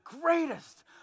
greatest